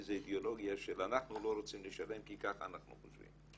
איזו אידיאולוגיה של אנחנו לא רוצים לשלם כי ככה אנחנו חושבים.